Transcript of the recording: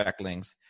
backlinks